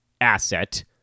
asset